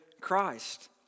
Christ